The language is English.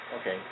okay